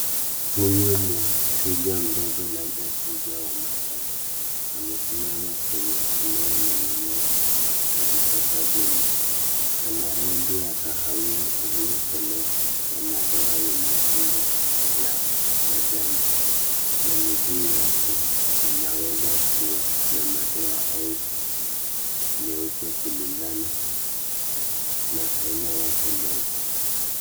Huyu ni twiga mdogo, labda twiga wa Maasai. Amesimama kwenye eneo lenye nyasi na vichaka vingi. Ana rangi ya kahawia iliyokolea na madoa yenye umbo la majani. Na miguu yake inaweza kuwa na madoa au meupe kulingana na aina yake ndogo.